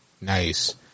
Nice